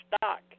stock